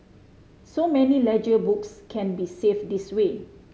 so many ledger books can be saved this way